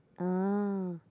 ah